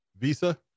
Visa